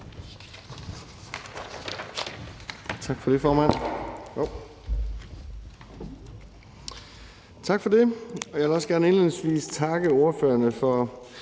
Tak for det, formand. Jeg vil også gerne indledningsvis takke ordførerne for